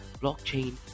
blockchain